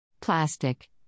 Plastic